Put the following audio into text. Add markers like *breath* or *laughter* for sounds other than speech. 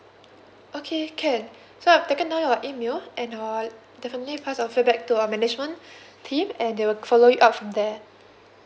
okay can *breath* so I've taken down your email and I will definitely pass your feedback to our management *breath* team and they will follow you up from there